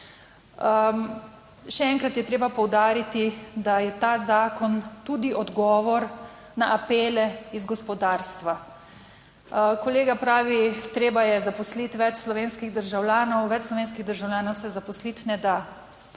Še enkrat je treba poudariti, da je ta zakon tudi odgovor na apele iz gospodarstva. Kolega pravi, treba je zaposliti več slovenskih državljanov, več slovenskih državljanov se zaposliti ne da.